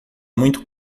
muito